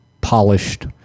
polished